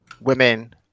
women